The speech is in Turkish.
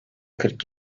kırk